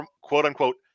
quote-unquote